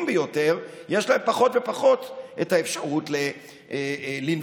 ביותר יש להם פחות ופחות את האפשרות לנפוש,